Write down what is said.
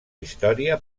història